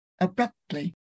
Abruptly